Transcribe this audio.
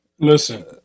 Listen